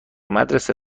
مدرسه